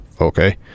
Okay